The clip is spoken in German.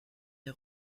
der